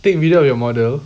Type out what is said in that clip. take video of your model